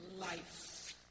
life